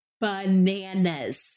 bananas